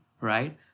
right